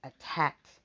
attacked